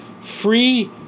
Free